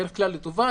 בדרך כלל לטובה,